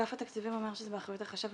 אגף התקציבים אומר שזה באחריות החשב,